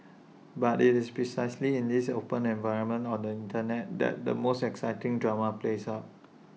but IT is precisely in this open environment on the Internet that the most exciting drama plays out